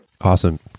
Awesome